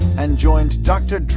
and joined dr.